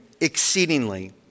exceedingly